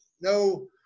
no